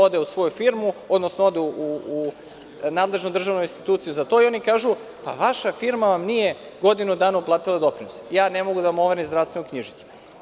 Ode u svoju firmu, odnosno ode u nadležnu državnu instituciju za to i oni kažu – vaša firma vam nije godinu dana uplatila doprinose, ja ne mogu da vam overim zdravstvenu knjižicu.